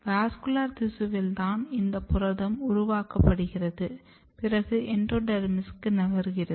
vascular திசுவில் தான் இந்த புரதம் உருவாக்கப்படுகிறது பிறகு எண்டோடெர்மிஸ்ஸுக்கு நகர்கிறது